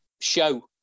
show